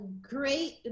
great